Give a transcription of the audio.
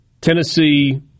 Tennessee